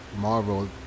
Marvel